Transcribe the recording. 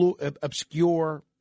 obscure